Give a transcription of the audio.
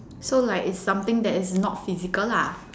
so like is something that is not physical lah